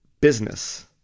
business